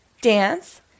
dance